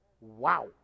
Wow